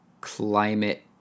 climate